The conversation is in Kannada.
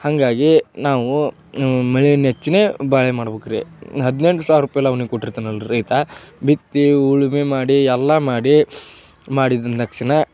ಹಾಗಾಗಿ ನಾವು ಮಳೆ ನೆಚ್ಚಿಯೇ ಬಾಳೆ ಮಾಡ್ಬೇಕು ರಿ ಹದಿನೆಂಟು ಸಾವಿರ ರೂಪಾಯಿ ಕೊಟ್ಟಿರ್ತಾನಲ್ರಿ ರೈತ ಬಿತ್ತಿ ಉಳುಮೆ ಮಾಡಿ ಎಲ್ಲ ಮಾಡಿ ಮಾಡಿದ ತಕ್ಷ್ಣ